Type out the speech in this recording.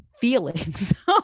feelings